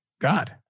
God